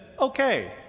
okay